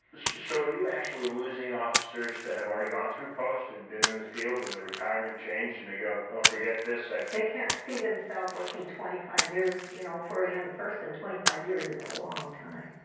so are you actually losing officers that have already gone through post and been in the field and thae retirement changed and they go oh forget this? they cannot see themselves working twenty five years you know for a young person twenty five years is a long time.